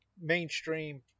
mainstream